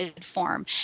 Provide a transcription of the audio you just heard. form